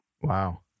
Wow